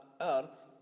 earth